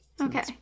Okay